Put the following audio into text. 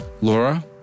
Laura